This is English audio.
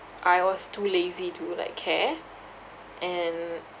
I was too lazy to like care and